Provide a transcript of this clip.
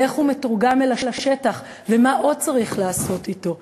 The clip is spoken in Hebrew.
ואיך הוא מתורגם בשטח ומה עוד צריך לעשות אתו,